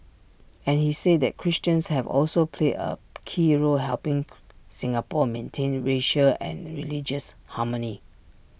and he said that Christians have also played A key role helping Singapore maintain racial and religious harmony